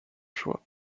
choix